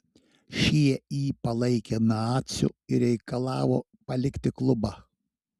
šie jį palaikė naciu ir reikalavo palikti klubą